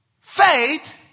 faith